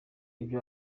ibyo